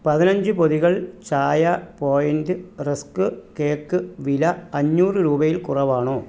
പതിനഞ്ച് പൊതികൾ ചായ പോയിൻ്റ് റസ്ക് കേക്ക് വില അഞ്ഞൂറ് രൂപയിൽ കുറവാണോ